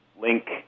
link